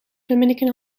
dominican